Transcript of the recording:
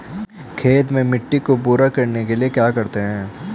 खेत में मिट्टी को पूरा करने के लिए क्या करते हैं?